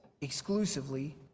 exclusively